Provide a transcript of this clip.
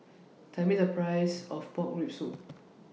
Tell Me The Price of Pork Rib Soup